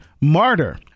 Martyr